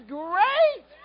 great